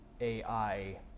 AI